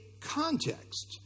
context